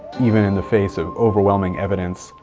even in the face of overwhelming evidence